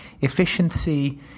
efficiency –